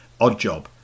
Oddjob